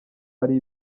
ari